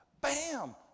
Bam